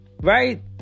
right